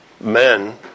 men